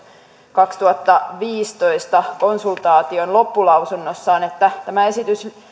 kaksituhattaviisitoista konsultaation loppulausunnossaan että tämä esitys